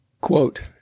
quote